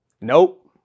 Nope